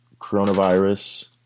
coronavirus